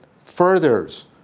furthers